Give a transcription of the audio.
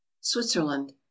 Switzerland